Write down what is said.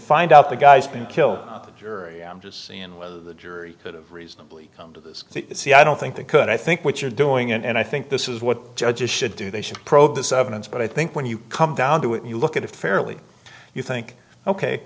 find out the guy's been killed the jury i'm just seeing whether the jury could have reasonably come to see i don't think they could i think what you're doing and i think this is what judges should do they should probe this evidence but i think when you come down to it you look at a fairly you think ok